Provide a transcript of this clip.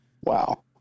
Wow